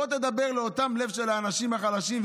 בוא תדבר ללב של האנשים החלשים,